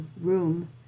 room